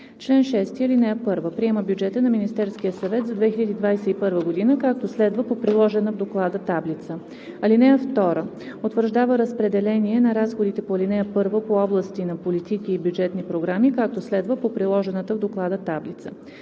„Чл. 6. (1) Приема бюджета на Министерския съвет за 2021 г., както следва по приложена от Доклада таблица. (2) Утвърждава разпределение на разходите по ал. 1 по области на политики и бюджетни програми, както следва по приложената в Доклада таблица.